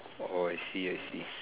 orh I see I see